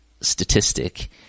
statistic